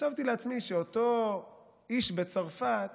חשבתי לעצמי שאותו איש בצרפת